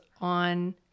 on